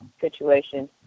situation